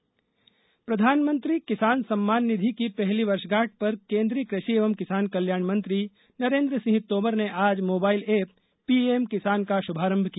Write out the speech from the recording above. किसान सम्मान निधि प्रधानमंत्री किसान सम्मान निधि की पहली वर्षगांठ पर केंद्रीय कृषि एवं किसान कल्याण मंत्री नरेन्द्र सिंह तोमर ने आज मोबाइल ऐप पीएम किसान का शुभारंभ किया